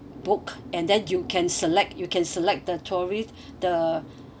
book and then you can select you can select the tourists the